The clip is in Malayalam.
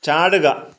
ചാടുക